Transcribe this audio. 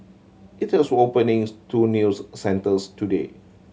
it is openings two news centres today